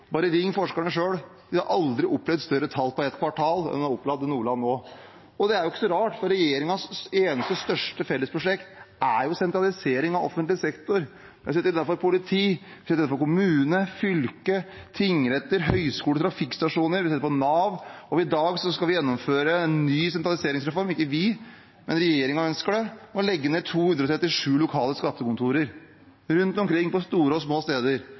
Bare ring forskerne selv, de har aldri opplevd større tall på et kvartal enn de har opplevd i Nordland nå. Og det er ikke så rart, for regjeringens største felles prosjekt er jo sentralisering av offentlig sektor. Vi har sett det innenfor politi, vi har sett det innenfor kommune, fylke, tingretter, høyskoler og trafikkstasjoner, vi har sett det innenfor Nav, og i dag skal vi gjennomføre en ny sentraliseringsreform. Regjeringen – ikke vi – ønsker å legge ned 237 lokale skattekontorer rundt omkring på store og små steder,